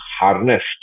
harnessed